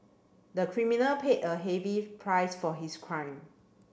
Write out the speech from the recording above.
the criminal paid a heavy price for his crime